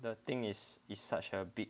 the thing is is such a big